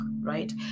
right